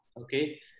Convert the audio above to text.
okay